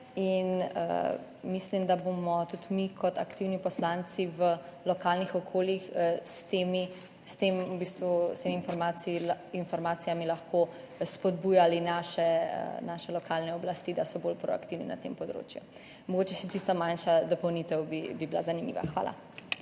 in mislim, da bomo tudi mi kot aktivni poslanci v lokalnih okoljih s temi informacijami lahko spodbujali naše lokalne oblasti, da so bolj proaktivne na tem področju. Mogoče bi bila še tista manjša dopolnitev zanimiva. Hvala.